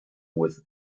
with